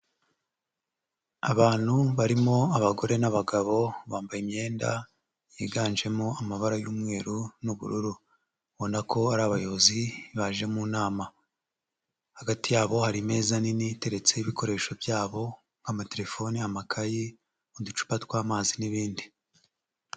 Abantu barimo abagore n'abagabo, bambaye imyenda yiganjemo amabara y'umweru, n'ubururu. Ubona ko ari abayobozi, baje mu nama. Hagati yabo hari ameza nini, iteretse ibikoresho byabo, nk'amatelefoni, amakayi, uducupa tw'amazi n'ibindi.